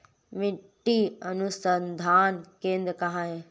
मिट्टी अनुसंधान केंद्र कहाँ है?